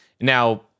Now